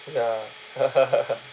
ah